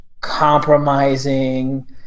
compromising